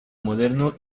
moderno